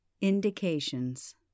Indications